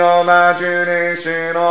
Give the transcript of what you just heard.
imagination